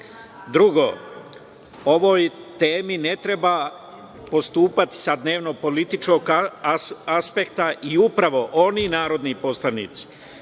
po ovoj temi ne treba postupati sa dnevno političkog aspekta i upravo oni narodni poslanici